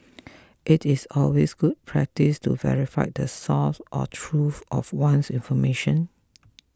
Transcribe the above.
it is always good practice to verify the source or truth of one's information